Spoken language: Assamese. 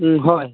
হয়